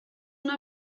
una